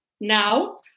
now